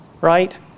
right